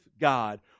God